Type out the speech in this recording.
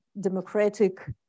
democratic